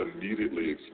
immediately